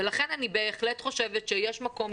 ולכן אני בהחלט חושבת שיש מקום,